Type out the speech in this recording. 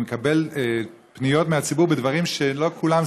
אני מקבל פניות מהציבור על דברים שלא כולם